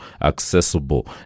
accessible